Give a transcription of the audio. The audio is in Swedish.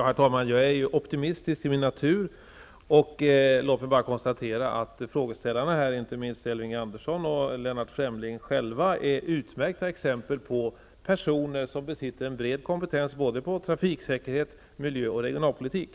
Herr talman! Jag är optimist till min natur. Låt mig bara konstatera att frågeställarna själva, Elving Andersson och Lennart Fremling, är utmärkta exempel på personer som besitter en bred kompetens inom områdena trafiksäkerhet, miljöoch regionalpolitik.